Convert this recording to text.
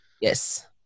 Yes